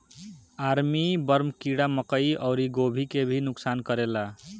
army worm कीड़ा मकई अउरी गोभी के भी नुकसान करेला